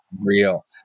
real